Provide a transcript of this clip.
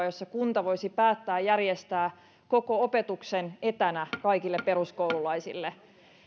jossa kunta voisi päättää järjestää koko opetuksen etänä kaikille peruskoululaisille